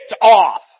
off